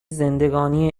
زندگانی